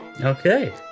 Okay